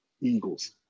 Eagles